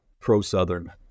pro-Southern